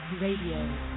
Radio